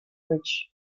bridge